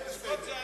יהיה בסדר.